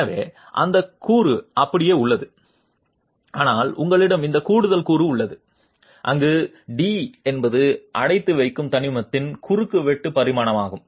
எனவே அந்த கூறு அப்படியே உள்ளது ஆனால் உங்களிடம் இந்த கூடுதல் கூறு உள்ளது அங்கு d என்பது அடைத்து வைக்கும் தனிமத்தின் குறுக்கு வெட்டு பரிமாணமாகும்